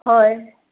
हय